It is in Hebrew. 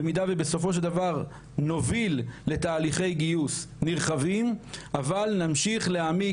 במידה ובסופו של דבר נוביל לתהליכי גיוס נרחבים אבל נמשיך להעמיק